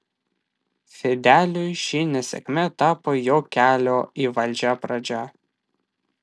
fideliui ši nesėkmė tapo jo kelio į valdžią pradžia